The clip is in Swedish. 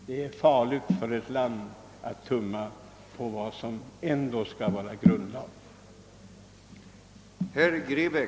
Det är farligt för ett land att tumma på de rättsregler som ändå skall utgöra dess grundlag.